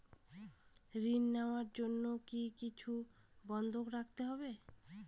ঋণ নেওয়ার জন্য কি কিছু বন্ধক রাখতে হবে?